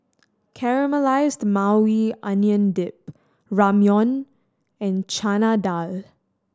Caramelized Maui Onion Dip Ramyeon and Chana Dal